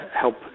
help